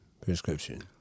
prescription